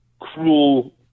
cruel